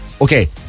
okay